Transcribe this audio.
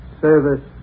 Service